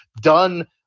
done